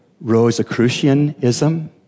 Rosicrucianism